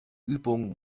übungen